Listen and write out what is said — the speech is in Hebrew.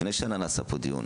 לפני שנה נעשה פה דיון,